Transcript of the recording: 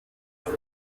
dans